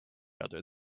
other